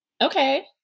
Okay